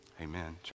amen